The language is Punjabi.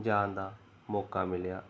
ਜਾਣ ਦਾ ਮੌਕਾ ਮਿਲਿਆ